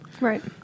Right